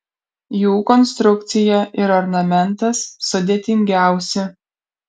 jų konstrukcija ir ornamentas sudėtingiausi